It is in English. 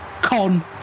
con